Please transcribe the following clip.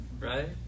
Right